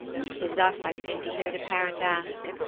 tis thus i seem to hear the parent ask,